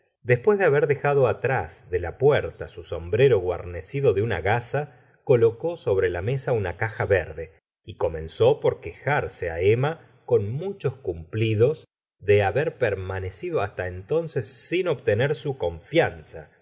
después de haber dejado detrás de la puerta su sombrero guarnecido de una gasa colocó sobre la mesa una eaja verde y comenzó por quejarse á emma con muchos cumplidos de haber permanecido hasta entonces sin obtener su confianza